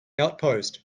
outpost